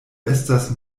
estas